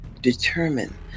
determine